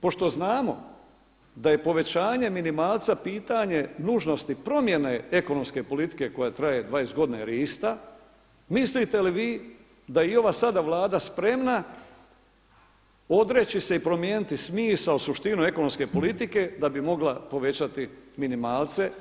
Pošto znamo da je povećanje minimalca pitanje nužnosti promjene ekonomske politike koja traje 20 godina jer je ista, mislite li vi da je i ova sada Vlada spremna odreći se i promijeniti smisao, suštinu ekonomske politike da bi mogla povećati minimalce?